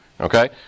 Okay